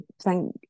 thank